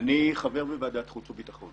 אני חבר בוועדת חוץ וביטחון